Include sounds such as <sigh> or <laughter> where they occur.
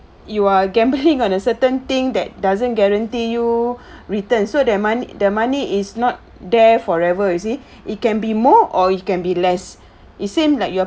you're gambling <laughs> on a certain thing that doesn't guarantee you return so that money the money is not there forever you see it can be more or it can be less it seem like you're